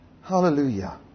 Hallelujah